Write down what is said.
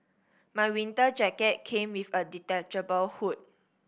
my winter jacket came with a detachable hood